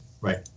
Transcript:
Right